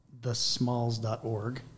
thesmalls.org